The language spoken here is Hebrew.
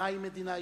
מהי מדינה יהודית?